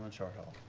and shorthalt.